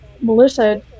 Melissa